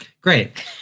Great